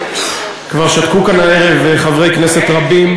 כבר שתקו כאן הערב חברי כנסת רבים,